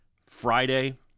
Friday